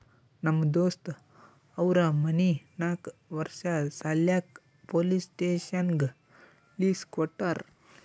ನಮ್ ದೋಸ್ತ್ ಅವ್ರ ಮನಿ ನಾಕ್ ವರ್ಷ ಸಲ್ಯಾಕ್ ಪೊಲೀಸ್ ಸ್ಟೇಷನ್ಗ್ ಲೀಸ್ ಕೊಟ್ಟಾರ